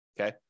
Okay